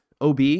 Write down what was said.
OB